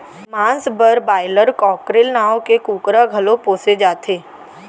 मांस बर broiler, cockerel नांव के कुकरा घलौ पोसे जाथे